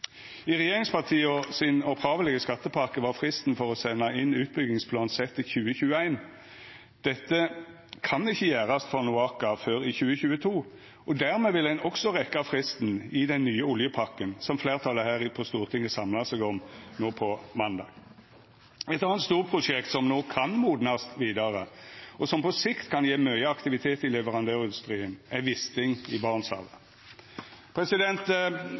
I den opphavelege skattepakka frå regjeringspartia var fristen for å senda inn utbyggingsplan sett til 2021. Dette kan ikkje gjerast for NOAKA før i 2022, og dermed vil ein også rekkja fristen i den nye oljepakka som fleirtalet her på Stortinget samla seg om no på måndag. Eit anna storprosjekt som no kan modnast vidare, og som på sikt kan gje mykje aktivitet i leverandørindustrien, er Wisting i